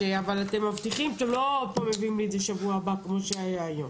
אתם מבטיחים שאתם לא מביאים לי את זה בשבוע הבא כמו שהיה היום.